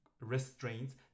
restraints